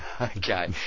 Okay